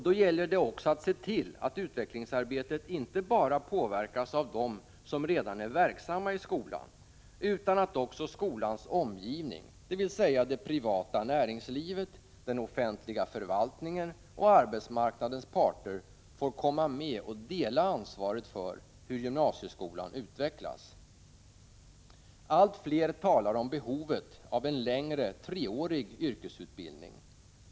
Det gäller också att se till att utvecklingsarbetet inte bara påverkas av dem som redan är verksamma i skolan utan att också skolans omgivning, dvs. det privata näringslivet, den offentliga förvaltningen och arbetsmarknadens parter, får komma med och dela ansvaret för hur gymnasieskolan utvecklas. Allt fler talar om behovet av en längre, 3-årig yrkesutbildning.